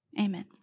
Amen